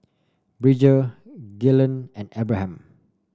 Bridger Gaylon and Abraham